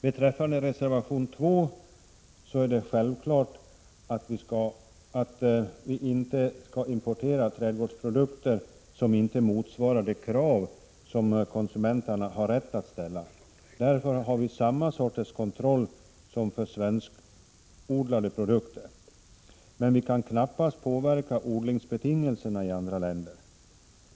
Beträffande reservation 2 är det självklart att vi inte skall importera trädgårdsprodukter som inte motsvarar de krav som konsumenterna har rätt att ställa. Därför har vi samma sorts kontroll som för svenskodlade produkter. Men vi kan knappast påverka odlingsbetingelserna i andra länder.